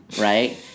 right